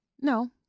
No